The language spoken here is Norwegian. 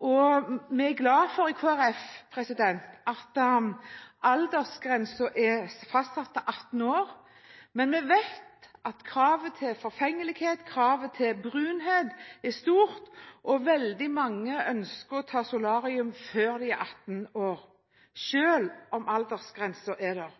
og vi i Kristelig Folkeparti er glade for at aldersgrensen er fastsatt til 18 år. Men vi vet at det er forfengelighet, at kravet om brunhet er stort, og veldig mange ønsker å ta solarium før de er 18 år, selv om det er aldersgrensen.